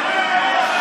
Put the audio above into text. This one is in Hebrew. בושה.